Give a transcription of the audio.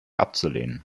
abzulehnen